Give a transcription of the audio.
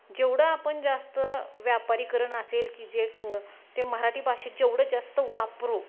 जेवढं आपण जास्त व्यापारीकरण असेल की जे ते मराठी भाषेत जेवढं जास्त वापरू